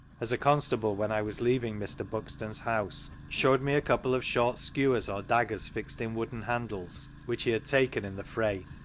as a constable, when i was leaving mr. buxton's house, showed me a coufrfe of short skewers or daggers fixed in wooden handles, which he had taken in the fray.